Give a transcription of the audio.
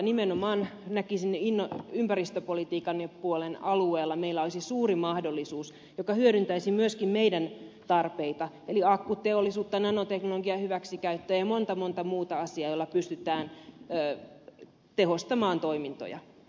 nimenomaan näkisin ympäristöpolitiikan puolen alueella että meillä olisi suuri mahdollisuus joka hyödyntäisi myöskin meidän tarpeitamme eli akkuteollisuutta nanoteknologian hyväksikäyttöä ja monta monta muuta asiaa joilla pystytään tehostamaan toimintoja